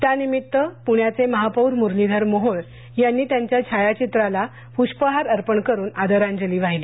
त्यानिमित पुण्याचे महापोर मुरलीधर मोहोळ यांनी त्यांच्या छायाचित्राला पुष्पहार अर्पण करून आदरांजली वाहिली